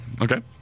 Okay